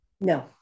No